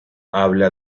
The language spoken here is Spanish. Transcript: habla